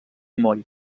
moll